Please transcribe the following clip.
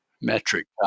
metric